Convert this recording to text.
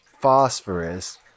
Phosphorus